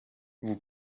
vous